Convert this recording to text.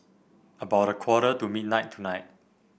about a quarter to midnight tonight